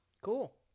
cool